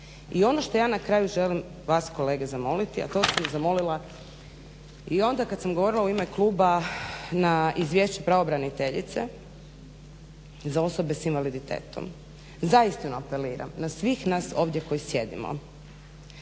I ono što ja na kraju želim vas kolege zamoliti, a to sam zamolila i onda kada sam govorila u ime kluba na izvješće pravobraniteljice za osobe s invaliditetom. Zaista apeliram na svih nas ovdje koji sjedimo,